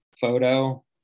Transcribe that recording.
photo